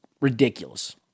ridiculous